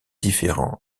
différents